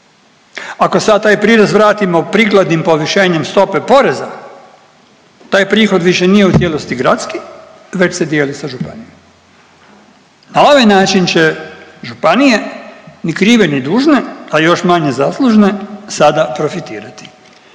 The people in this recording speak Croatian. Ako sav taj prirez vratimo prikladnim povišenjem stope poreza taj prihod više nije u cijelosti gradski već se dijeli sa županijama. Na ovaj način će županije ni krive, ni dužne, a još manje zaslužne sada profitirati.